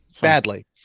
Badly